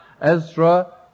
Ezra